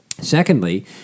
Secondly